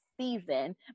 season